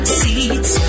seats